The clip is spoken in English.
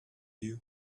you